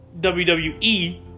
WWE